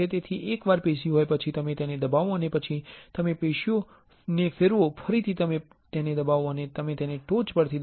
તેથી એકવાર પેશી હોય પછી તમે તેને દબાવો અને પછી તમે પેશીઓને ફેરવો ફરીથી તમે તેને દબાવો અને તમે તેને ટોચ પરથી દબાવો